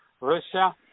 Russia